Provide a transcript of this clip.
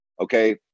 okay